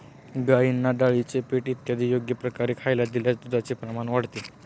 गाईंना डाळीचे पीठ इत्यादी योग्य प्रकारे खायला दिल्यास दुधाचे प्रमाण वाढते